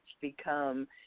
become